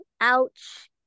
ouch